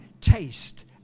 taste